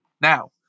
Now